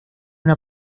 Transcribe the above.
una